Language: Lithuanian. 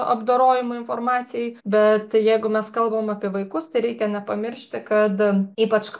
apdorojimui informacijai bet jeigu mes kalbam apie vaikus tai reikia nepamiršti kad ypač